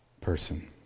person